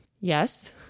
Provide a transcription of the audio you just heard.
yes